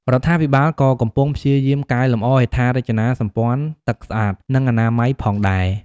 រដ្ឋាភិបាលក៏កំពុងព្យាយាមកែលម្អហេដ្ឋារចនាសម្ព័ន្ធទឹកស្អាត និងអនាម័យផងដែរ។